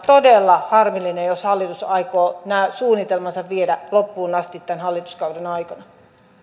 todella harmillinen jos hallitus aikoo nämä suunnitelmansa viedä loppuun asti tämän hallituskauden aikana